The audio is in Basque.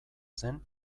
zen